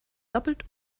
doppelt